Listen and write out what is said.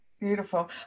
beautiful